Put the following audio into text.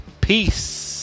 Peace